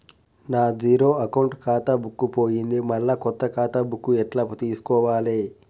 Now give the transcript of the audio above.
నా zero account ఖాతా book పోయింది మళ్ళా కొత్త ఖాతా బుక్కు ఎట్ల తీసుకోవాలే?